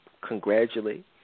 congratulate